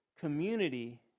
Community